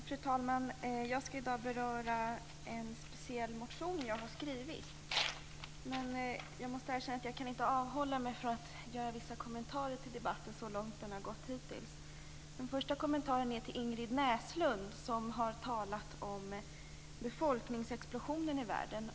Fru talman! Jag skall i dag beröra en speciell motion som jag har skrivit. Men jag måste erkänna att jag inte kan avhålla mig från att göra vissa kommentarer till den hittills förda debatten. Den första kommentaren är till Ingrid Näslund. Hon har talat om befolkningsexplosionen i världen.